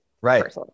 Right